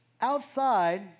outside